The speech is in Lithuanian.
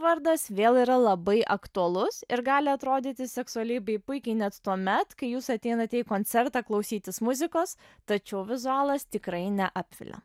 vardas vėl yra labai aktualus ir gali atrodyti seksualiai bei puikiai net tuomet kai jūs ateinate į koncertą klausytis muzikos tačiau vizalas tikrai neapvilia